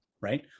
right